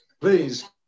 please